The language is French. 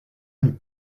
nous